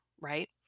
right